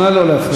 נא לא להפריע.